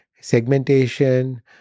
segmentation